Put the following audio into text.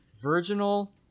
virginal